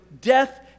death